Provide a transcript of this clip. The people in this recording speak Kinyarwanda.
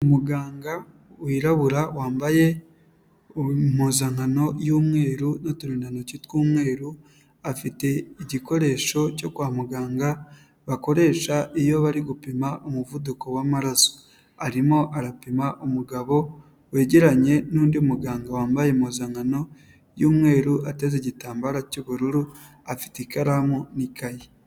Umuganga wirabura wambaye impuzankano yu'umweru n'uturindantoki tw'umweru, afite igikoresho cyo kwa muganga bakoresha iyo bari gupima umuvuduko w'amaraso. Arimo arapima umugabo wegeranye n'undi muganga wambaye impuzankano y'umweru ateze igitambaro cy'ubururu afite ikaramu n'ikaye.